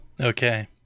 okay